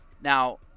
Now